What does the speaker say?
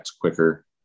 quicker